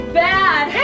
bad